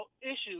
issues